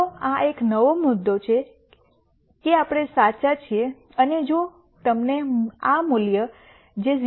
તો આ એક નવો મુદ્દો છે કે આપણે સાચા છીએ અને જો તમને આ મૂલ્ય જે 0